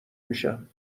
میشم